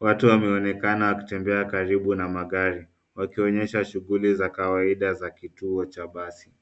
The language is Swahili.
Watu wameonekana wakitembea karibu na magari wakionyesha shuguli za kawaida za kituo cha basi.